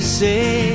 say